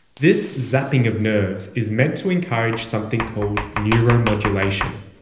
this zapping of nerves is meant to encourage something called neuromodulation.